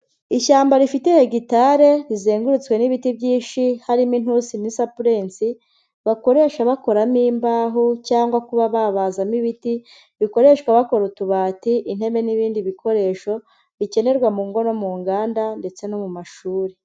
Ishyamba rifite hegitale, rizengurutswe n'ibiti byinshi. Harimo intusi n'isapurense, bakoresha bakoramo imbaho, cyangwa kuba babazamo ibiti, bikoreshwa bakora utubati, intebe n'ibindi bikoresho bikenerwa mu ngo no mu nganda, ndetse no mu mashuri.